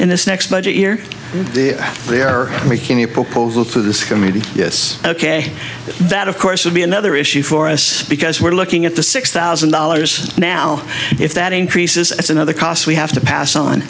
in this next budget year they are making a proposal to this committee yes ok that of course would be another issue for us because we're looking at the six thousand dollars now if that increases as another cost we have to pass on